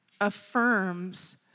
affirms